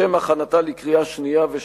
לשם הכנתה לקריאה שנייה ושלישית.